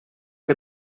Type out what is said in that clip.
que